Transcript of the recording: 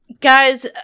Guys